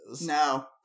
No